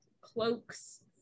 cloaks